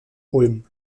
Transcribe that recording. ulm